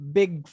big